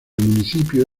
municipio